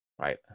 right